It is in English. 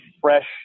fresh